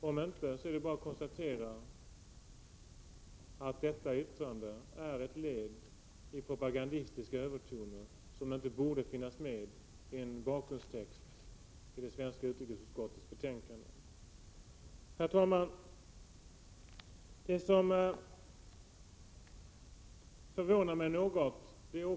Om inte, är det bara att konstatera att det påståendet är ett led i propagandistiska övertoner som inte borde finnas med i en bakgrundstext i utrikesutskottets betänkande.